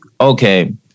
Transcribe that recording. okay